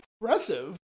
impressive